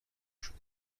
شدم